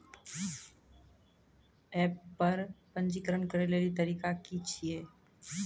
App पर पंजीकरण करै लेली तरीका की छियै?